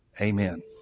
amen